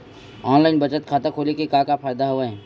online बचत खाता खोले के का का फ़ायदा हवय